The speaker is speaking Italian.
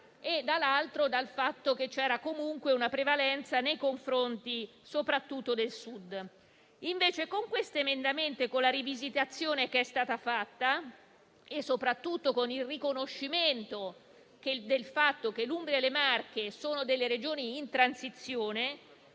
e dall'altro dal fatto che c'era comunque una prevalenza nei confronti del Sud. Con l'approvazione di questo emendamento, con la rivisitazione che è stata fatta e soprattutto con il riconoscimento del fatto che l'Umbria e le Marche sono Regioni in transizione,